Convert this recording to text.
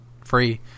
free